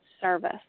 service